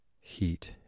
heat